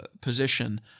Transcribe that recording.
position